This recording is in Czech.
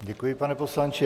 Děkuji, pane poslanče.